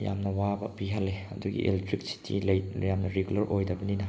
ꯌꯥꯝꯅ ꯋꯥꯕ ꯄꯤꯍꯜꯂꯦ ꯑꯗꯨꯒꯤ ꯑꯦꯂꯦꯛꯇ꯭ꯔꯤꯁꯤꯇꯤ ꯂꯩ ꯌꯥꯝꯅ ꯔꯤꯒꯨꯂꯔ ꯑꯣꯏꯗꯕꯅꯤꯅ